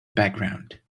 background